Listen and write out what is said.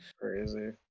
Crazy